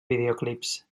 videoclips